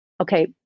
okay